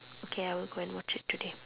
okay I will go watch it today